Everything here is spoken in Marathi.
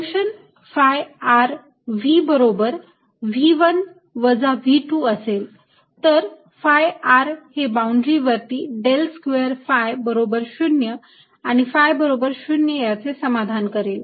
फंक्शन phi r V बरोबर V1 वजा V2 असेल तर phi r हे बाउंड्री वरती del square phi बरोबर 0 आणि phi बरोबर 0 याचे समाधान करेल